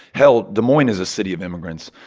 hell, des moines is a city of immigrants.